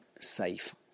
safe